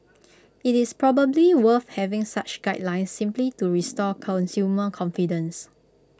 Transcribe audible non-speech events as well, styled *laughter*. IT is probably worth having such guidelines simply to *noise* restore consumer confidence